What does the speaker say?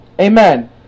Amen